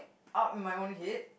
up my own hit